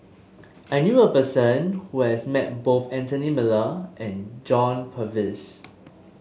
I knew a person who has met both Anthony Miller and John Purvis